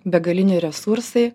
begaliniai resursai